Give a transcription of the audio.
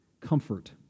Comfort